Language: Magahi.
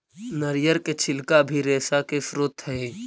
नरियर के छिलका भी रेशा के स्रोत हई